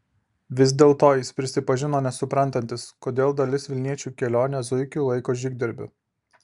vis dėlto jis prisipažino nesuprantantis kodėl dalis vilniečių kelionę zuikiu laiko žygdarbiu